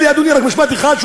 תן לי, אדוני, רק משפט אחד.